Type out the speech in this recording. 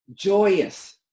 joyous